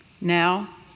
Now